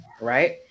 right